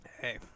Hey